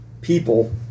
people